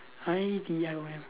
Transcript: I D I O M